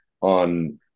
on